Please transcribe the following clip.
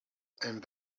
and